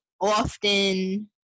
often